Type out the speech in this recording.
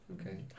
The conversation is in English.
Okay